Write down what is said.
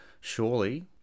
Surely